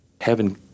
heaven